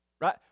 right